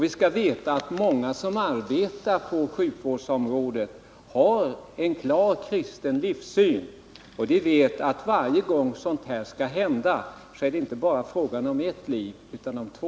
Vi skall veta att många som arbetar inom sjukvården har en klart kristen livssyn. I en abortsituation är det inte bara fråga om ett liv utan om två.